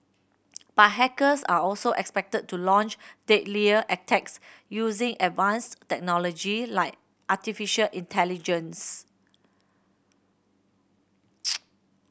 but hackers are also expected to launch deadlier attacks using advanced technology like artificial intelligence